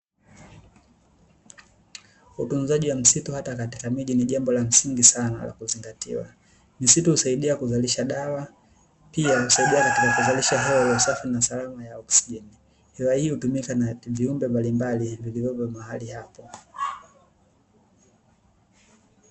Utunzaji wa msitu hata katika miji ni jambo la msingi sana la kuzingatiwa. Misitu husaidia kuzalisha dawa, pia husaidia katika kuzalisha hewa ya usafi na salama ya oksijeni. Hewa hii hutumika na viumbe mbalimbali vilivyopo mahali hapo.